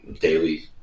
daily